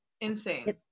Insane